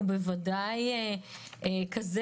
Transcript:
ובוודאי כזה